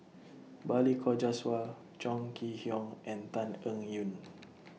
Balli Kaur Jaswal Chong Kee Hiong and Tan Eng Yoon